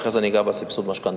אחרי זה אני אגע בסבסוד משכנתאות,